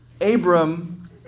Abram